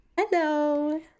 Hello